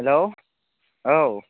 hello औ